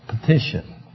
petition